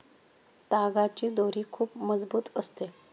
तागाची दोरी खूप मजबूत असते